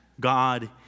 God